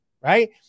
right